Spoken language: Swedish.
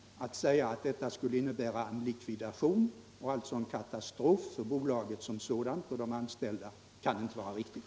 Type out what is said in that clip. Att säga att detta skulle innebära likvidation, och alltså en katastrof för bolaget som sådant och för de anställda, kan inte vara riktigt.